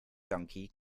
donkey